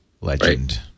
legend